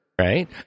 right